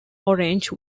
orange